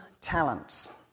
talents